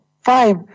five